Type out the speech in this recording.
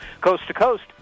coast-to-coast